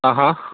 हा हा